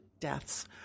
deaths